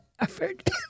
effort